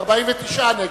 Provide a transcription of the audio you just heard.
(תיקון, תחילה ותוקף),